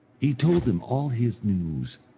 he told them all his news,